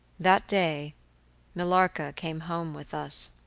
that day millarca came home with us.